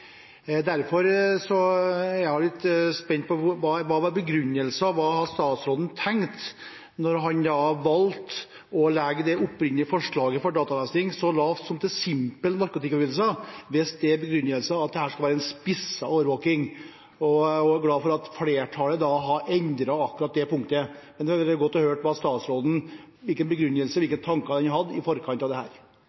Derfor er jeg litt spent på hva som var begrunnelsen, hva det var statsråden tenkte da han valgte å legge det opprinnelige forslaget for dataavlesing så lavt som til simple narkotikaforbrytelser, hvis begrunnelsen er at dette skulle være en spisset overvåking. Jeg er også glad for at flertallet har endret akkurat det punktet. Men det ville vært godt å høre hvilken begrunnelse,